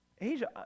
Asia